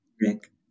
Rick